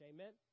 Amen